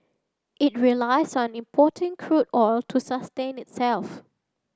it relies on importing crude oil to sustain itself